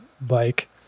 bike